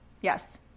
Yes